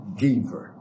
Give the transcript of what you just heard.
giver